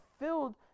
filled